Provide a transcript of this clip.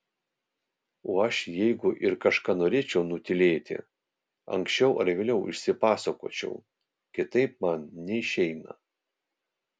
o aš jeigu ir kažką norėčiau nutylėti anksčiau ar vėliau išsipasakočiau kitaip man neišeina